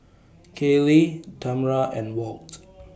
Kaylee Tamra and Walt